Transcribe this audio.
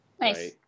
Nice